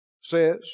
says